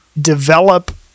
develop